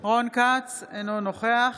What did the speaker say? כץ, אינו נוכח